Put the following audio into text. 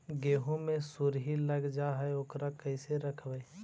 गेहू मे सुरही लग जाय है ओकरा कैसे रखबइ?